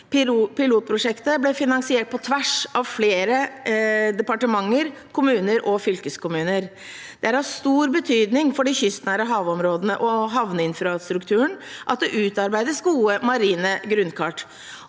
Pilotprosjektet ble finansiert på tvers av flere departementer, kommuner og fylkeskommuner. Det er av stor betydning for de kystnære havområdene og for havneinfrastrukturen at det utarbeides gode marine grunnkart.